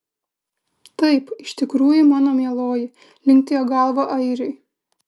taip iš tikrųjų mano mieloji linktelėjo galva airiui